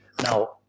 Now